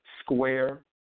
square